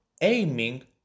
aiming